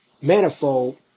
manifold